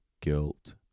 guilt